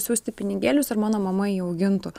siųsti pinigėlius ir mano mama jį augintų